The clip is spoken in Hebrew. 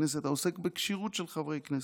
הכנסת, העוסק בכשירות של חברי כנסת,